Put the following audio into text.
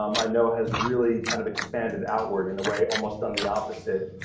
um i know, has really kind of expanded outward in a way, almost done the opposite,